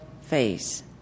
face